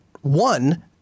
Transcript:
one